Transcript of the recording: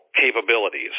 capabilities